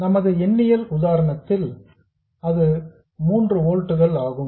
நமது எண்ணியல் உதாரணத்தில் அது 3 வோல்ட்ஸ் ஆகும்